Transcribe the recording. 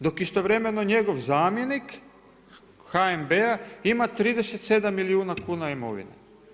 Dok istovremeno njegov zamjenik HNB-a ima 37 milijuna kuna imovine.